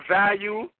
value